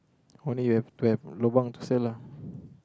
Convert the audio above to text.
only you have to have lobang to sell lah